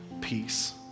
peace